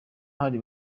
hari